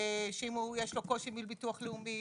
שאם יש לו קושי מול ביטוח לאומי,